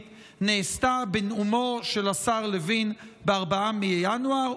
נעשתה בנאומו של השר לוין ב-4 בינואר,